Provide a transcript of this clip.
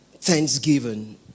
Thanksgiving